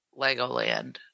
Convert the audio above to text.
Legoland